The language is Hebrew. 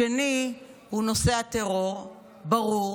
השני הוא נושא הטרור, ברור.